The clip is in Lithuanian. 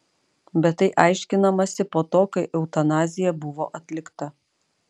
bet tai aiškinamasi po to kai eutanazija buvo atlikta